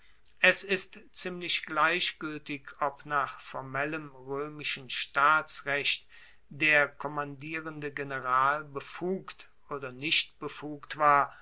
es ist ziemlich gleichgueltig ob nach formellem roemischen staatsrecht der kommandierende general befugt oder nicht befugt war